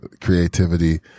Creativity